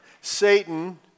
Satan